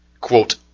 quote